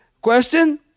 question